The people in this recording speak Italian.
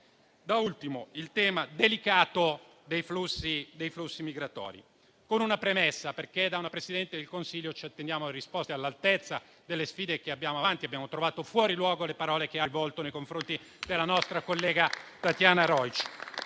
Da ultimo, c'è il delicato tema dei flussi migratori. Da una Presidente del Consiglio ci attendiamo risposte all'altezza delle sfide che abbiamo davanti, per cui abbiamo trovato fuori luogo le parole che ha rivolto nei confronti della nostra collega Tatiana Rojc.